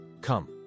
Come